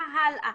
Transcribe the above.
מה הלאה?